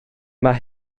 mae